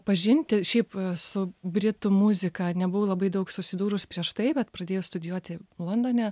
pažinti šiaip su britų muzika nebuvo labai daug susidūrus prieš tai bet pradėjo studijuoti londone